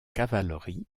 cavalerie